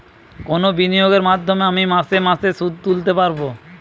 কোন বিনিয়োগের মাধ্যমে আমি মাসে মাসে সুদ তুলতে পারবো?